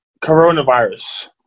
coronavirus